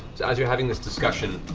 so as you're having this discussion.